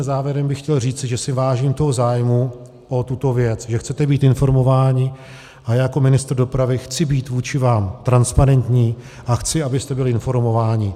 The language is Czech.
Závěrem bych chtěl skutečně říci, že si vážím zájmu o tuto věc, že chcete být informováni, a já jako ministr dopravy chci být vůči vám transparentní a chci, abyste byli informováni.